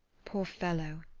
poor fellow,